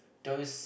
those